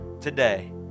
Today